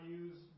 use